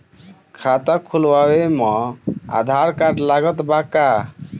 खाता खुलावे म आधार कार्ड लागत बा का?